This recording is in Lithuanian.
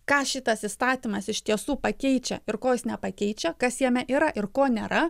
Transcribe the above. ką šitas įstatymas iš tiesų pakeičia ir ko jis nepakeičia kas jame yra ir ko nėra